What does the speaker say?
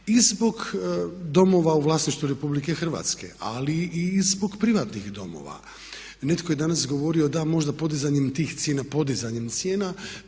i zbog domova u vlasništvu RH ali i zbog privatnih domova, netko je danas govorio da možda podizanjem tih cijena, podizanjem cijena